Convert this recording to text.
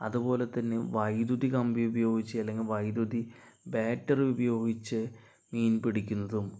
അതുപോലെ തന്നെ വൈദ്യുതി കമ്പി ഉപയോഗിച്ച് അല്ലെങ്കിൽ വൈദ്യുതി ബാറ്ററി ഉപയോഗിച്ച് മീൻ പിടിക്കുന്നതും